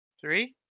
three